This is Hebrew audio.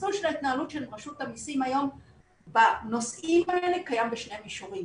המסלול של ההתנהלות של רשות המסים היום בנושאים האלה קיים בשני מישורים.